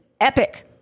Epic